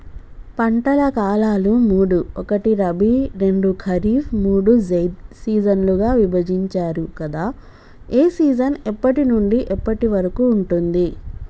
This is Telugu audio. పంటల కాలాలు మూడు ఒకటి రబీ రెండు ఖరీఫ్ మూడు జైద్ సీజన్లుగా విభజించారు కదా ఏ సీజన్ ఎప్పటి నుండి ఎప్పటి వరకు ఉంటుంది?